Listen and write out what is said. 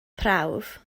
prawf